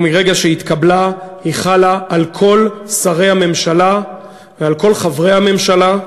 ומרגע שהתקבלה היא חלה על כל שרי הממשלה ועל כל חברי הממשלה,